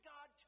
God